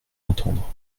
entendre